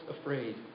afraid